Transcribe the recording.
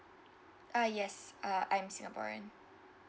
ah yes uh I'm singaporean